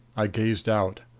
i gazed out.